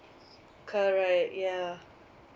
correct yeah